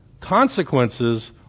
Consequences